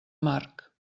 marc